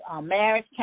marriage